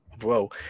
whoa